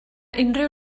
unrhyw